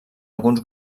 alguns